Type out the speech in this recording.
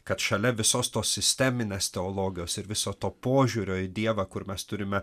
kad šalia visos tos sisteminės teologijos ir viso to požiūrio į dievą kur mes turime